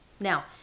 Now